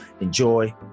enjoy